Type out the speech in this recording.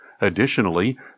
Additionally